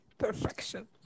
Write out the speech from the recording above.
Perfection